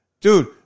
dude